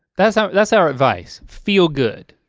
that's our that's our advice. feel good.